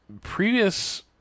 previous